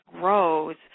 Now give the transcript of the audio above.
grows